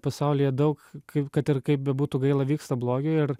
pasaulyje daug kaip kad ir kaip bebūtų gaila vyksta blogio ir